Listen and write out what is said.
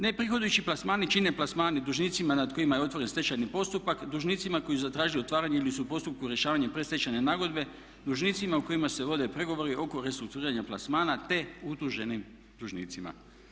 Neprihodojući plasmani čine plasmani dužnicima nad kojima je otvoren stečajni postupak, dužnici koji su zatražili otvaranje ili su u postupku rješavanja predstečajne nagodbe, dužnicima o kojima se vodi pregovori oko restrukturiranja plasmana, te utuženim dužnicima.